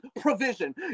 provision